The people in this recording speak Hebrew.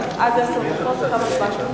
עשר דקות.